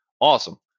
Awesome